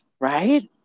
right